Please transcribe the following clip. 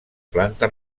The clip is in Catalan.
planta